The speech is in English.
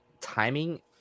timing